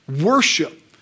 worship